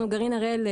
אנחנו גרעין הראל,